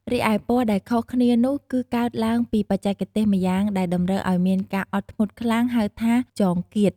រីឯពណ៌ដែលខុសគ្នានោះ គឺកើតឡើងពីបច្ចេកទេសម៉្យាងដែលតម្រូវឱ្យមានការអត់ធ្មត់ខ្លាំង ហៅថា “ចងគាត”។